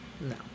No